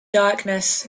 darkness